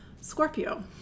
Scorpio